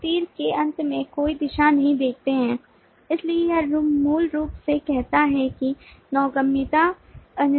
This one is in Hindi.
आप तीर के अंत में कोई दिशा नहीं देखते हैं इसलिए यह मूल रूप से कहता है कि नौगम्यता अनिर्दिष्ट है